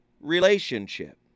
relationship